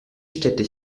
städte